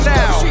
now